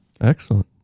Excellent